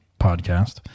podcast